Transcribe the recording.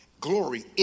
Glory